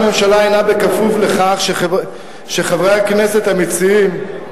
תמיכת הממשלה הינה בכפוף לכך שחברי הכנסת המציעים,